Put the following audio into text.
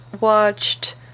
watched